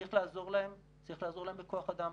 צריך לעזור להם, צריך לעזור להם בכוח אדם.